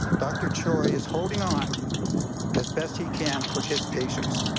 dr. choi is holding on as best he can for his patients.